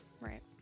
Right